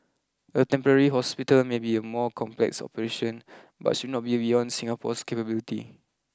a temporary hospital may be a more complex operation but should not be beyond Singapore's capability